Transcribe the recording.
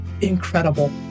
incredible